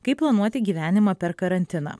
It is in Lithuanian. kaip planuoti gyvenimą per karantiną